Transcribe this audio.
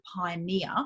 pioneer